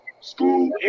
school